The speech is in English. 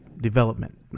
development